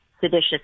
seditious